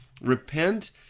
repent